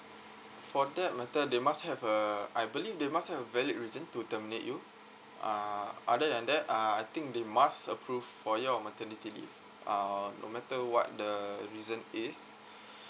for that matter they must have a I believe they must have a valid reason to terminate you uh other than that uh I think they must approve for your maternity leave uh no matter what the reason is